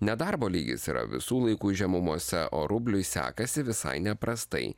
nedarbo lygis yra visų laikų žemumose o rubliui sekasi visai neprastai